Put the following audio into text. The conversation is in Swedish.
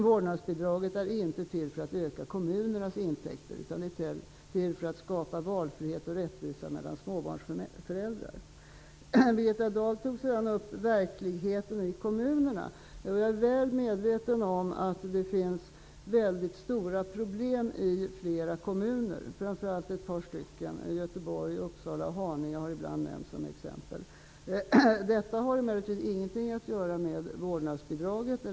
Vårdnadsbidraget är inte till för att öka kommunernas intäkter utan för att skapa valfrihet och rättvisa mellan småbarnsföräldrar. Birgitta Dahl tog sedan upp verkligheten i kommunerna. Jag är väl medveten om att det finns stora problem i flera kommuner, framför allt ett par stycken. Göteborg, Uppsala och Haninge har ibland nämnts som exempel. Detta har emellertid ingenting att göra med vårdnadsbidraget.